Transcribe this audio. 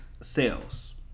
sales